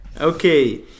okay